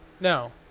No